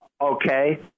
Okay